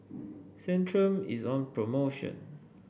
Centrum is on promotion